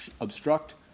obstruct